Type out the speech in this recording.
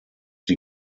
die